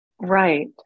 Right